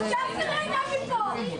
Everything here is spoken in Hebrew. שאף אחד לא יגע בי פה.